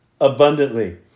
abundantly